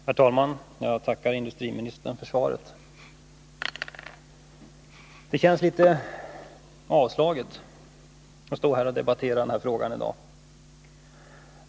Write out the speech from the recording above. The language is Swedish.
Herr talman! Jag tackar industriministern för svaret. Det känns litet avslaget att debattera den här frågan i dag.